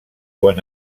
quan